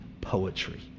poetry